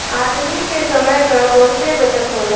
आदमी के समय क बहुते बचत होला